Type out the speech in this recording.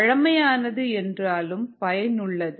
பழமையானது என்றாலும் பயனுள்ளது